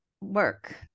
work